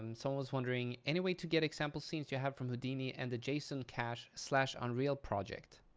um someone was wondering, any way to get example scenes you have from houdini and the json cache slash unreal project?